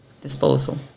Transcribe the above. disposal